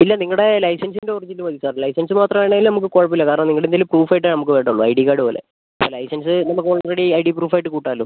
ഇല്ല നിങ്ങളുടെ ലൈസൻസിൻ്റെ ഒറിജിനൽ മതി സർ ലൈസൻസ് മാത്രം ആണെങ്കിലും നമുക്ക് കുഴപ്പമില്ല കാരണം നിങ്ങളുടെ എന്തെങ്കിലും പ്രൂഫ് ആയിട്ടേ നമുക്ക് വേണ്ടുള്ളൂ ഐ ഡി കാർഡ് പോലെ ലൈസൻസ് നമുക്ക് ഓൾറെഡി ഐ ഡി പ്രൂഫ് ആയിട്ട് കൂട്ടാമല്ലോ